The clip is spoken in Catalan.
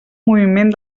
moviment